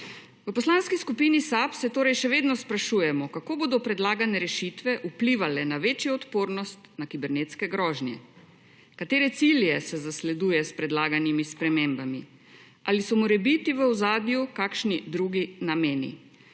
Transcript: V Poslanski skupini SAB se torej še vedno sprašujemo, kako bodo predlagane rešitve vplivale na večjo odpornost na kibernetske grožnje, katere cilje se zasleduje s predlaganimi spremembami, ali so morebiti v ozadju kakšni drugi nameni.